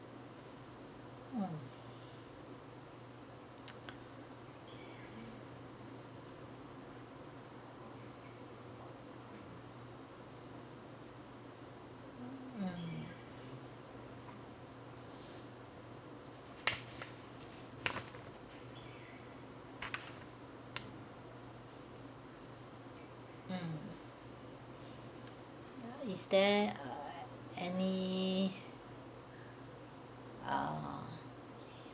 mm mmm hmm ya is there any uh